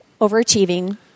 overachieving